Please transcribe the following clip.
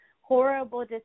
horrible